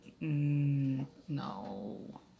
No